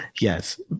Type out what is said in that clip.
Yes